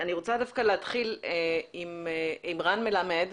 אני רוצה דווקא להתחיל עם רן מלמד,